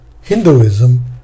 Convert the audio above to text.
Hinduism